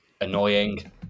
Annoying